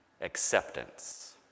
Acceptance